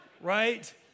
right